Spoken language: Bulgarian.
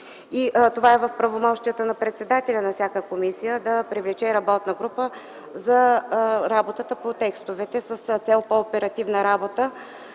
група”. В правомощията на председателя на всяка комисия е да привлече работна група за работата по текстовете с цел по-оперативна работа.